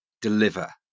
deliver